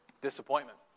Disappointment